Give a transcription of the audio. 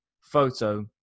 photo